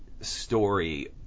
story